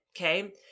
okay